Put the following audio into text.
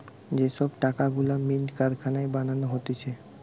যে সব টাকা গুলা মিন্ট কারখানায় বানানো হতিছে